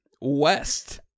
west